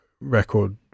record